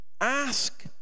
ask